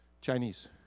Chinese